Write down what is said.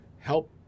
help